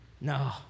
No